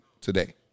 today